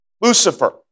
Lucifer